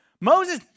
Moses